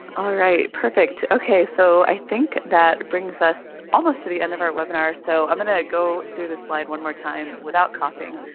all right, perfect. so i think that brings us almost to the end of our webinar. so i'm going to go through this slide one more time without coughing.